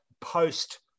post